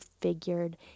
figured